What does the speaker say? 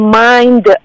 mind